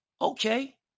Okay